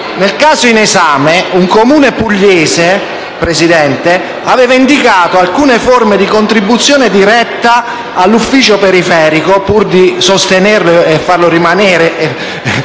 Nel caso in esame, un Comune pugliese aveva indicato alcune forme di contribuzione diretta all'ufficio periferico, pur di sostenerlo e farlo rimanere